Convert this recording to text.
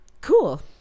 cool